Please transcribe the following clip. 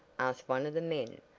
asked one of the men,